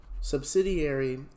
Subsidiary